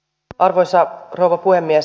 arvoisa rouva puhemies